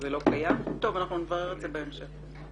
נברר את זה בהמשך.